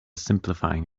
simplifying